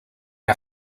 are